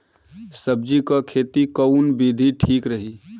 सब्जी क खेती कऊन विधि ठीक रही?